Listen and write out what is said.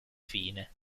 fine